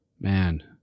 Man